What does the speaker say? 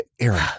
Aaron